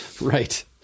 Right